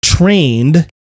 trained